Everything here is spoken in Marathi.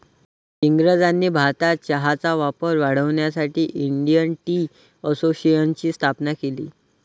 इंग्रजांनी भारतात चहाचा वापर वाढवण्यासाठी इंडियन टी असोसिएशनची स्थापना केली